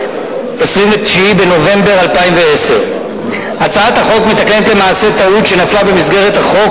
29 בנובמבר 2010. הצעת החוק מתקנת למעשה טעות שנפלה במסגרת החוק